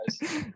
guys